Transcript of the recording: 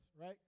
Right